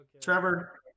Trevor